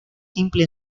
simple